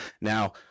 Now